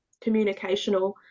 communicational